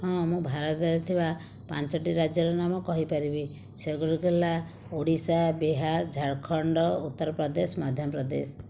ହୁଁ ମୁଁ ଭାରତରେ ଥିବା ପାଞ୍ଚଟି ରାଜ୍ୟର ନାମ କହିପାରିବି ସେଗୁଡ଼ିକ ହେଲା ଓଡ଼ିଶା ବିହାର ଝାଡ଼ଖଣ୍ଡ ଉତ୍ତରପ୍ରଦେଶ ମଧ୍ୟପ୍ରଦେଶ